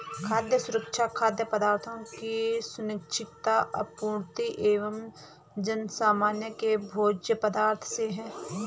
खाद्य सुरक्षा खाद्य पदार्थों की सुनिश्चित आपूर्ति एवं जनसामान्य के भोज्य पदार्थों से है